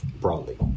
broadly